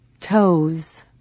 Toes